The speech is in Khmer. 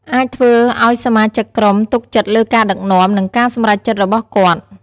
អាចធ្វើឲ្យសមាជិកក្រុមទុកចិត្តលើការដឹកនាំ និងការសម្រេចចិត្តរបស់គាត់។